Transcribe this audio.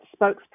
spokesperson